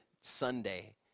Sunday